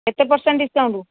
କେତେ percent discount